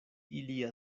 ilia